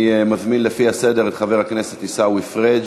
אני מזמין, לפי הסדר, את חבר הכנסת עיסאווי פריג'